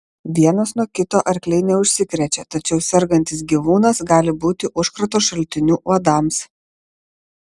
vienas nuo kito arkliai neužsikrečia tačiau sergantis gyvūnas gali būti užkrato šaltiniu uodams